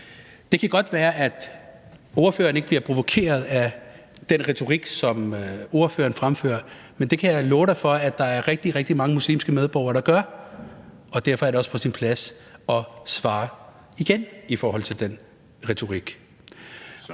Det kan godt være, at ordføreren ikke bliver provokeret af den retorik, som bliver fremført, men det kan jeg love dig for at der er rigtig, rigtig mange muslimske medborgere der gør, og derfor er det også på sin plads at svare igen i forhold til den retorik.